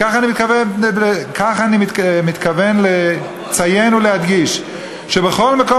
כך אני מתכוון לציין ולהדגיש שבכל מקום